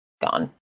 gone